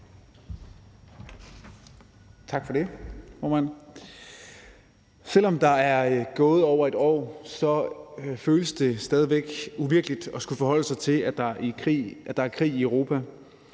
Selv om der er gået over et år, føles det stadig væk lidt uvirkeligt at skulle forholde sig til, at der er krig i Europa,